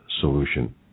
solution